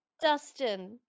Dustin